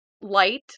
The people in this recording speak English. light